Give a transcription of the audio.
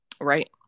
Right